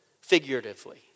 figuratively